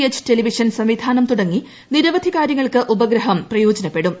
H television സംവിധാനം തുടങ്ങി നിരവധി കാരൃങ്ങൾക്ക് ഉപഗ്രഹം പ്രയോജനപ്പെടും